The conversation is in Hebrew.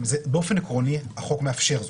באופן עקרוני החוק מאפשר זאת,